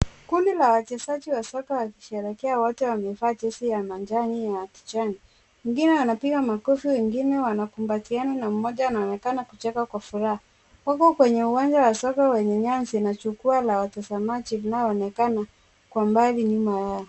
Kundi la wachezaji wa soka wakisherehekea wote wamevaa jezi ya manjano na ya kijani. Wengine wanapiga makofi wengine wanakumbatiana na mmoja anaonekana kucheka kwa furaha. Wako kwenye uwanja wa soka wenye nyasi na jukwaa la watazamaji linaloonekana kwa mbali nyuma yao.